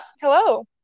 hello